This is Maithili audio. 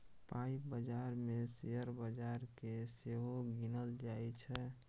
पाइ बजार मे शेयर बजार केँ सेहो गिनल जाइ छै